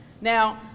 Now